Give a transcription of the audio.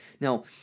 Now